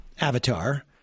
avatar